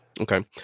Okay